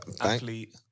Athlete